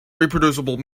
reproducible